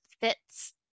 Fits